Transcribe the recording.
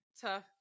tough